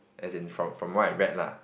as in from from what I read lah